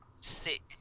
sick